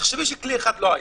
תחשבי שכלי אחד לא היה.